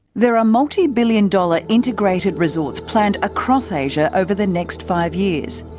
there are multi-billion dollar integrated resorts planned across asia over the next five years.